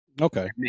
Okay